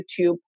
YouTube